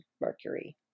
mercury